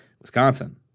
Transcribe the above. Wisconsin